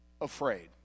afraid